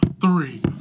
three